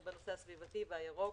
- בנושא הסביבתי והירוק.